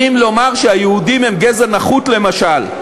אם לומר שהיהודים הם גזע נחות, למשל,